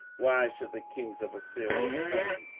why should the kings of assyria come,